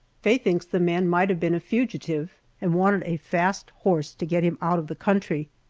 faye thinks the man might have been a fugitive and wanted a fast horse to get him out of the country.